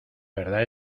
verdad